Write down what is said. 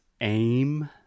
aim